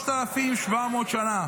הפרק הזה מתחיל לפני 3,700 שנה.